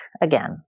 again